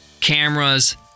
cameras